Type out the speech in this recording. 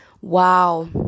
Wow